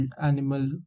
animal